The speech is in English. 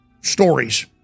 stories